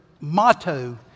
motto